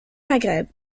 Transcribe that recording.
maghreb